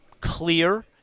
clear